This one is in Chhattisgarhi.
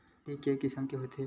माटी के किसम के होथे?